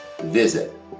visit